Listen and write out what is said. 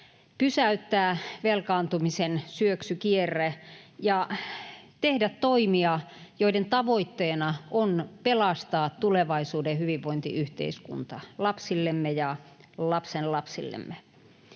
pysäyttää velkaantumisen syöksykierre ja tehdä toimia, joiden tavoitteena on pelastaa tulevaisuuden hyvinvointiyhteiskunta lapsillemme ja lapsenlapsillemme.